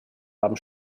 haben